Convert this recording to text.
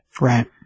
Right